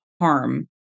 harm